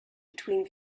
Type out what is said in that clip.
between